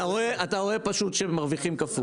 אתה רואה פשוט שהם מרוויחים כפול.